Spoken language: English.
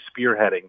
spearheading